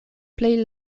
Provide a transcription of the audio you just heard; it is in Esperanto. plej